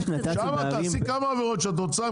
תעשי שם כמה עבירות שאת רוצה.